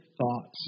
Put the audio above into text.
thoughts